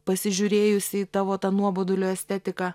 pasižiūrėjusi į tavo tą nuobodulio estetiką